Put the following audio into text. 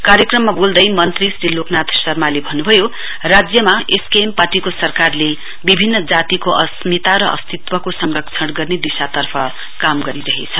कार्यक्रममा बोल्दै मन्त्री श्री लोकनाथ शर्माले भन्नुभयो राज्यमा एसकेएम पार्टीले सरकारले विभिन्न जातिको अस्मिता र अस्तित्वको संरक्षण गर्ने दिशातर्फ काम गरिरहेछ